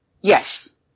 Yes